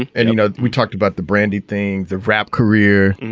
and, you know, we talked about the branding thing, the rap career.